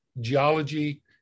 geology